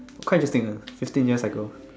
quite interesting ah fifteen years cycle